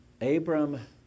Abram